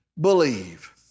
believe